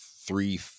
three